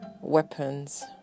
weapons